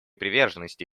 приверженности